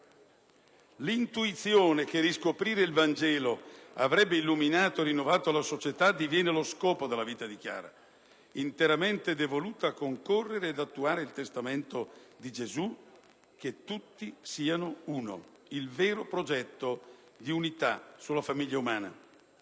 l'intuizione che riscoprire il Vangelo avrebbe illuminato e rinnovato la società diviene lo scopo della vita di Chiara, interamente devoluta a concorrere e ad attuare il testamento di Gesù che tutti siano uno, il vero progetto di unità sulla famiglia umana.